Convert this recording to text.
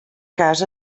cas